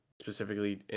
specifically